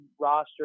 roster